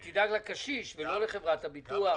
היא תדאג לקשיש ולא לחברת הביטוח.